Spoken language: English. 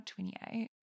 28